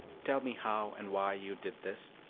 tell me how and why you did this?